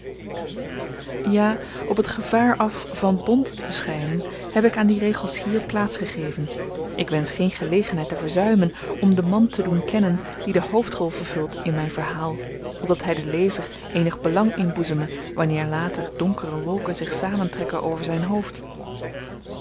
ja op t gevaar af van bont te schynen heb ik aan die regels hier plaats gegeven ik wensch geen gelegenheid te verzuimen om den man te doen kennen die de hoofdrol vervult in myn verhaal opdat hy den lezer eenig belang inboezeme wanneer later donkere wolken zich samentrekken over zyn hoofd